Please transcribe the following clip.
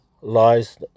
lies